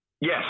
Yes